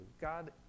God